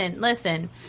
listen